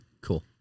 Cool